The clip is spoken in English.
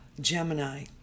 Gemini